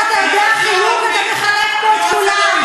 מרוב שאתה יודע חילוק אתה תחלק פה את כולם.